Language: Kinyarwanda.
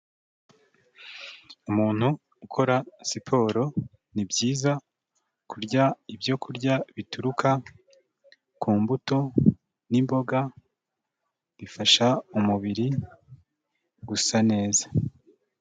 Umuntu ukora siporo ni byiza kurya ibyo kurya bituruka ku mbuto n'imboga bifasha umubiri gusa neza.